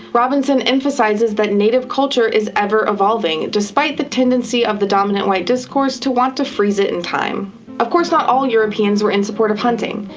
robinson emphasizes that native culture is ever-evolving, despite the tendency of the dominant white discourse to want to freeze it in time of course, not all europeans were in support of hunting.